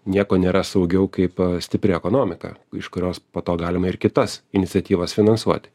nieko nėra saugiau kaip stipri ekonomika iš kurios po to galima ir kitas iniciatyvas finansuoti